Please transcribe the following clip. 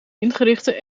ingerichte